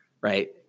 right